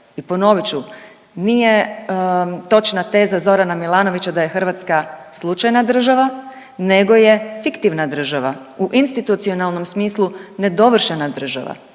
I ponovit ću nije točna teza Zorana Milanovića da je Hrvatska slučajna država nego je fiktivna država u institucionalnom smislu ne dovršena država.